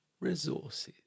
resources